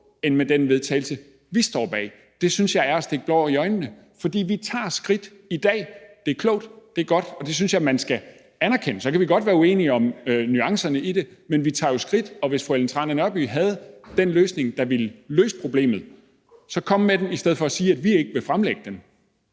end med den vedtagelse, vi står bag, synes jeg er at stikke blår i øjnene. For vi tager skridt i dag. Det er klogt, det er godt, og det synes jeg man skal anerkende. Så kan vi godt være uenige om nuancerne i det. Men vi tager jo skridt. Og hvis fru Ellen Trane Nørby havde den løsning, der ville løse problemet, så kunne hun komme med den i stedet for sige, at vi ikke vil fremlægge den.